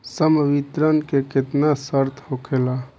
संवितरण के केतना शर्त होखेला?